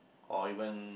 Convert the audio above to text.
or even